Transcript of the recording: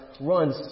runs